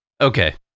okay